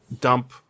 dump